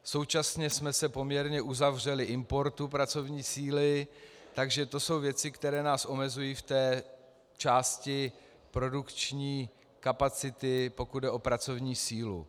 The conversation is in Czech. Současně jsme se poměrně uzavřeli importu pracovní síly, takže to jsou věci, které nás omezují v části produkční kapacity, pokud jde o pracovní sílu.